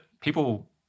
people